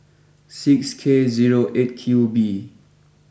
six K zero eight Q B